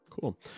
Cool